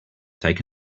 take